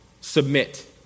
Submit